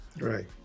Right